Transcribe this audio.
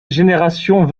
génération